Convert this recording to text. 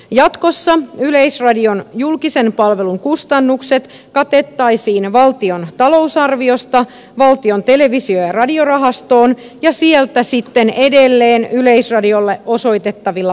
jatkossa yleisradion julkisen palvelun kustannukset katettaisiin valtion talousarviosta valtion televisio ja radiorahastoon ja sieltä sitten edelleen yleisradiolle osoitettavilla varoilla